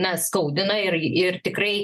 na skaudina ir ir tikrai